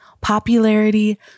popularity